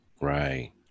Right